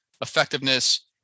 effectiveness